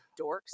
dorks